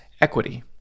equity